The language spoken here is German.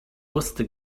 wusste